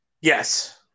yes